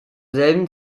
selben